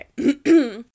Okay